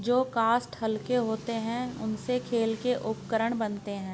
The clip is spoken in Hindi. जो काष्ठ हल्के होते हैं, उनसे खेल के उपकरण बनते हैं